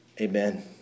Amen